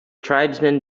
tribesmen